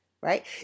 Right